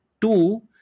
Two